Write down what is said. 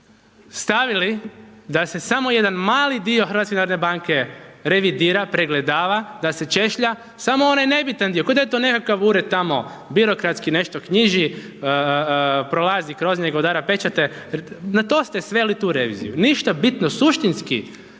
da se samo jedan mali dio HNB-a revidira, pregledava, da se češlja, samo onaj nebitan dio ko da je to nekakav ured tamo birokratski nešto knjiži, prolazi kroz njega, udara pečate, na to ste sveli tu reviziju, ništa bitno suštinski